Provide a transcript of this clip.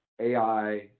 ai